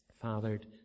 fathered